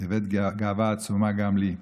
והבאת גאווה עצומה גם לי.